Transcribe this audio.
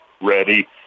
ready